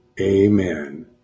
amen